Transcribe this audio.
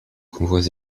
convois